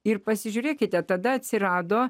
ir pasižiūrėkite tada atsirado